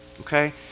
okay